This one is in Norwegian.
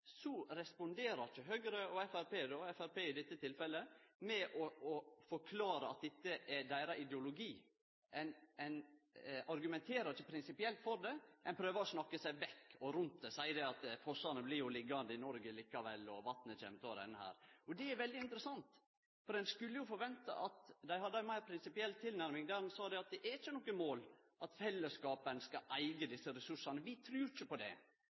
responderer ikkje Høgre og Framstegspartiet – Framstegspartiet då, i dette tilfellet – med å forklare at dette er deira ideologi. Ein argumenterer ikkje prinsipielt for det, men prøver å snakke seg vekk og rundt det – ein seier at fossane blir jo liggjande i Noreg likevel, og vatnet kjem til å renne her. Det er veldig interessant, for ein skulle jo forvente at dei hadde ei meir prinsipiell tilnærming der ein sa at det er ikkje noko mål at fellesskapen skal eige desse ressursane. Vi trur ikkje på det,